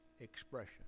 expression